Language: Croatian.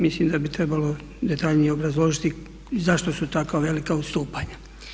Mislim da bi trebalo detaljnije obrazložiti zašto tako velika odstupanja.